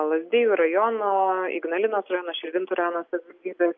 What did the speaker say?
lazdijų rajono ignalinos rajono širvintų rajono savivaldybės